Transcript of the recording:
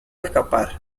escapar